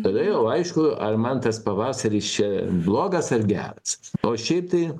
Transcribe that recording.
tada jau aišku ar man tas pavasaris čia blogas ar geras o šiaip tai